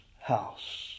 house